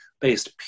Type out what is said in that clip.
based